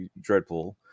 Dreadpool